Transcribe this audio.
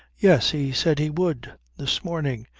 yes. he said he would this morning.